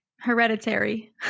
hereditary